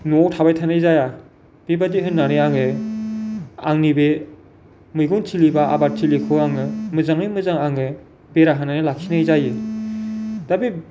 न'आव थाबाय थानाय जाया बेबादि होननानै आङो आंनि बे मैगंथिलि बा आबादथिलिखौ आङो मोजाङै मोजां आङो बेरा होनानै लाखिनाय जायो दा बे